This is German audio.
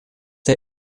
der